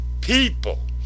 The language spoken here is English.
people